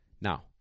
now